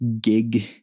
gig